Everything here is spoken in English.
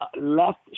left